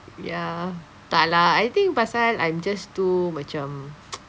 ya tak lah I think pasal I'm just too macam